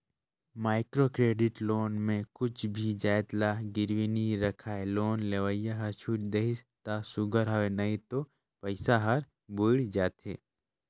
micro credit loan में कुछु भी जाएत ल गिरवी नी राखय लोन लेवइया हर छूट देहिस ता सुग्घर हवे नई तो पइसा हर बुइड़ जाथे